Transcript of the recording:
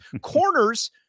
corners